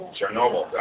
Chernobyl